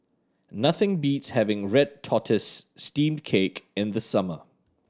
nothing beats having red tortoise steamed cake in the summer